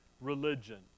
religion